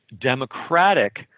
democratic